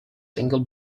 single